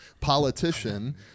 politician